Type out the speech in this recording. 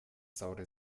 saure